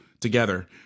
together